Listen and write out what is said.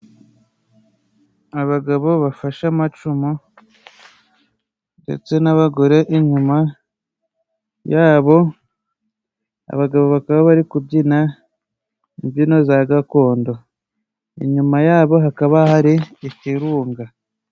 Abagabo bafashe amacumu ndetse n'abagore inyuma yabo. Abagabo bakaba bari kubyina imbyino za gakondo. Inyuma yabo hakaba hari ikirunga.